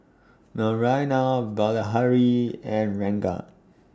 Naraina Bilahari and Ranga